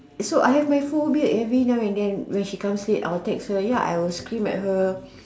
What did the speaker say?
so I have my phobia every now and then when she comes late I will text her ya I will scream at her